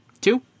Two